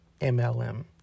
MLM